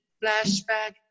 flashback